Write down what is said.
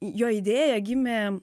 jo idėja gimė